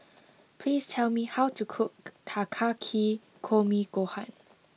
please tell me how to cook Takikomi Gohan